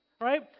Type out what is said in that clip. right